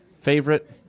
Favorite